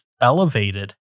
elevated